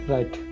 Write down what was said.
Right